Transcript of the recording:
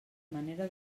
manera